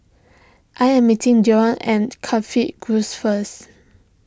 I am meeting Del at Coffee Grove first